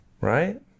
right